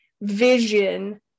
vision